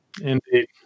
Indeed